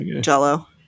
jello